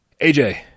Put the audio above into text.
AJ